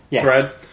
thread